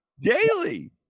daily